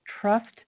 Trust